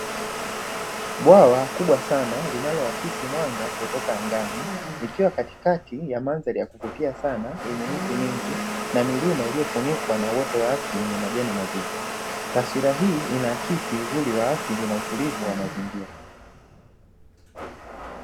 Bwawa kubwa sana linaloaksi mwanga kutika angani likiwa katikati ya mandhari ya kuvutia sana yenye miti mingi na milima iliyofunikwa na uoto wa asili wenye majani mazito, taswira hii inaaksi uzuri wa asili na utulivu wa mazingira.